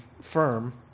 firm